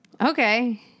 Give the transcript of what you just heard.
Okay